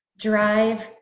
drive